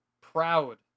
proud